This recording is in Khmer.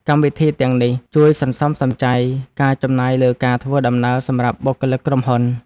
កម្មវិធីទាំងនេះជួយសន្សំសំចៃការចំណាយលើការធ្វើដំណើរសម្រាប់បុគ្គលិកក្រុមហ៊ុន។